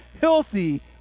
healthy